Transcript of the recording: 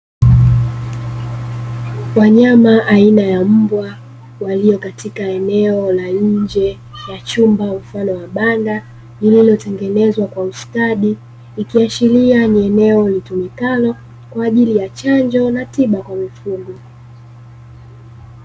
Wanyama aina ya mbwa walio katika eneo la nje ya chumba mfano wa banda lililotengenezwa kwa ustadi ikiashiria ni eneo litumikalo kwa ajili ya chanjo na tiba kwa mifugo.